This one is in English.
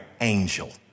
angel